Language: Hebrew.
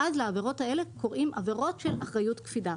ואז לעבירות האלו קוראים לעבירות של אחריות קפידה.